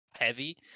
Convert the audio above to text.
heavy